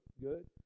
good